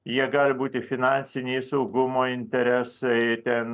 jie gali būti finansiniai saugumo interesai ten